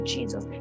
Jesus